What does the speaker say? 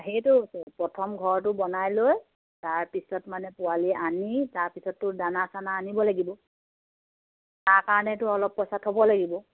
সেইটো প্ৰথম ঘৰটো বনাই লৈ তাৰপিছত মানে পোৱালি আনি তাৰপিছতটো দানা চানা আনিব লাগিব তাৰ কাৰণেটো অলপ পইচা থ'ব লাগিব